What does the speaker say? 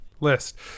list